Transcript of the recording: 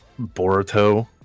Boruto